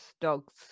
Dogs